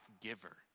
giver